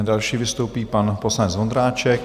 Další vystoupí pan poslanec Vondráček.